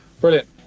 Brilliant